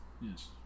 yes